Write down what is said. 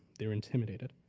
they are intimidated,